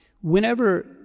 whenever